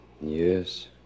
Yes